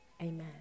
Amen